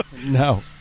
No